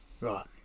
right